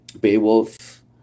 Beowulf